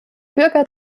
bürger